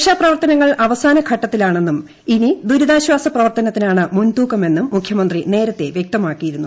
രക്ഷാപ്രവർത്തനങ്ങൾ അവസാനഘട്ടത്തിലാണെന്നും ഇനി ദുരിതാശാസ പ്രവർത്തനത്തിനാണ് മുൻതൂക്കമെന്നും മുഖ്യമന്ത്രി നേരത്തെ വൃക്തമാക്കിയിരുന്നു